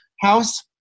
house